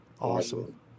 Awesome